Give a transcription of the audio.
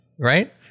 right